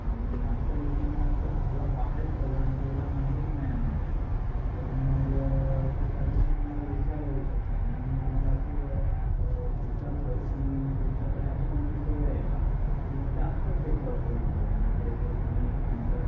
आणि असं आहे की मी आत्ता थोडं बाहेर चाललोय आणि प्रोग्रॅम आहे एक महिन्यानंतर तर मग ते कदाचित मला विसरायला होऊ शकतं म्हणून मी तुम्हाला असं विचारतोय की तुमच्याकडे अशी कोणती सोय आहे का की मी ते आत्ताच रेकॉर्ड करून ठेवेल म्हणजे ते तुम्ही नंतर